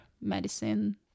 medicine